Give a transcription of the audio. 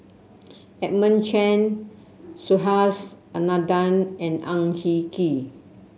Edmund Chen Subhas Anandan and Ang Hin Kee